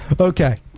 okay